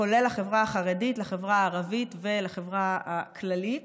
כולל לחברה החרדית, לחברה הערבית ולחברה הכללית.